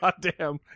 goddamn